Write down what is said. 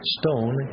stone